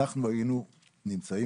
אנחנו היינו נמצאים,